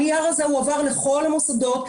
הנייר הזה הועבר לכל המוסדות.